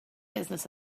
business